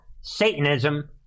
Satanism